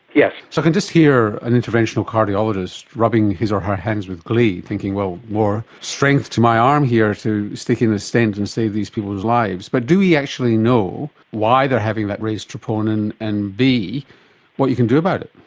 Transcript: yes. so i can just hear an interventional cardiologist rubbing his or her hands with glee thinking, well, more strength to my arm here to stick in a stent and save these people's lives. but do we actually know why they are having that raised troponin, and what you can do about it?